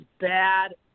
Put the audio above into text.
bad